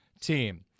team